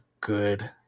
good